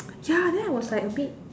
ya then I was like a bit